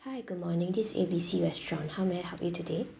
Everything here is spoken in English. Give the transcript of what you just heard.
hi good morning this is A B C restaurant how may I help you today